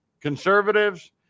conservatives